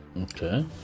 Okay